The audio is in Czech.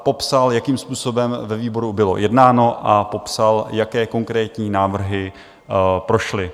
Popsal, jakým způsobem ve výboru bylo jednáno, a popsal, jaké konkrétní návrhy prošly.